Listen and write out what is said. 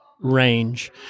range